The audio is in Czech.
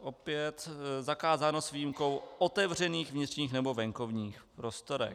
Opět zakázáno s výjimkou otevřených vnitřních nebo venkovních prostorů.